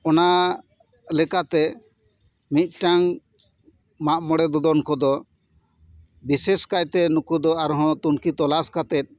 ᱚᱱᱟ ᱞᱮᱠᱟᱛᱮ ᱢᱤᱫᱴᱟᱝ ᱢᱟᱜ ᱢᱚᱬᱮ ᱫᱚᱫᱚᱱ ᱠᱚᱫᱚ ᱵᱤᱥᱮᱥ ᱠᱟᱭᱛᱮ ᱱᱩᱠᱩ ᱫᱚ ᱟᱨᱦᱚᱸ ᱛᱩᱱᱠᱷᱤ ᱛᱚᱞᱟᱥ ᱠᱟᱛᱮᱫ